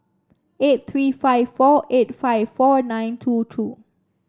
eight three five four eight five four nine two two